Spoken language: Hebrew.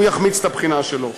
הוא יחמיץ את הבחינה שלו.